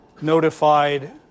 notified